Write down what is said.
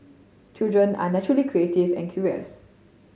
children are naturally creative and curious